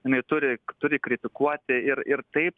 jinai turi turi kritikuoti ir ir taip